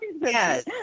Yes